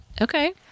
Okay